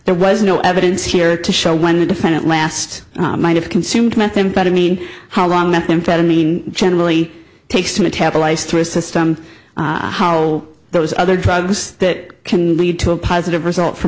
there was no evidence here to show when the defendant last might have consumed methamphetamine how long methamphetamine generally takes to metabolize through a system how those other drugs that can lead to a positive result f